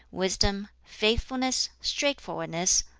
wisdom, faithfulness, straightforwardness,